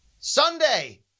Sunday